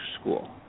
school